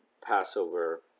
Passover